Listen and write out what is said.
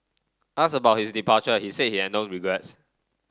asked about his departure he said he had no regrets